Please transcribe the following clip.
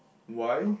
why